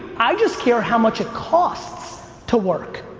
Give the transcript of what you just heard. i just care how much it costs to work.